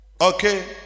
okay